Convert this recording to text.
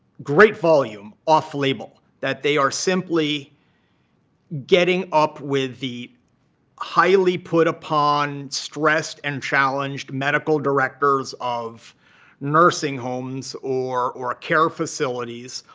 great volume off label, that they are simply getting up with the highly put upon, stressed, and challenged medical directors of nursing homes or or care facilities.